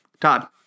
Todd